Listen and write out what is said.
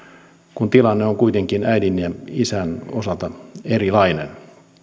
kun tilanne on kuitenkin äidin ja isän osalta erilainen